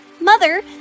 Mother